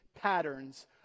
patterns